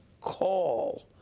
call